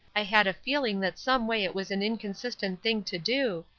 i had a feeling that someway it was an inconsistent thing to do,